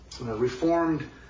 reformed